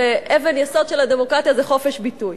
ואבן-יסוד של הדמוקרטיה זה חופש ביטוי,